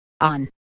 on